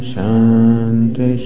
Shanti